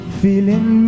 feeling